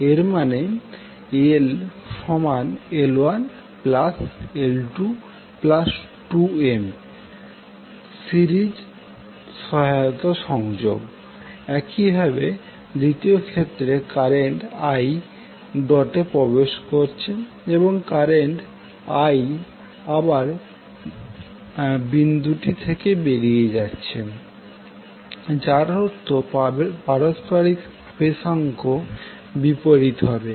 এর মানে LL1L22M⇒সিরিজ সহায়তা সংযোগ একইভাবে দ্বিতীয় ক্ষেত্রে যেখানে কারেন্ট i ডোটে প্রবেশ করেছে এবং কারেন্ট i আবার বিন্দুটি থেকে বেরিয়ে যাচ্ছে যার অর্থ পারস্পরিক আবেশাঙ্ক বিপরীত দিক হবে